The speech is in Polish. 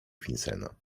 finsena